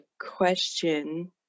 question